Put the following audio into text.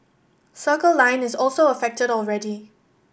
Circle Line is also affected already